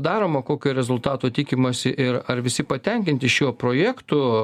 daroma kokio rezultato tikimasi ir ar visi patenkinti šiuo projektu